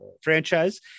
franchise